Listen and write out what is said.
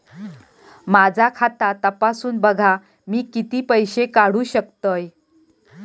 माझा खाता तपासून बघा मी किती पैशे काढू शकतय?